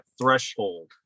threshold